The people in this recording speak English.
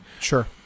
Sure